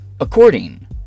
According